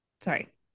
sorry